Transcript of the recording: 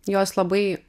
juos labai